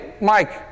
Mike